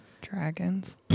dragons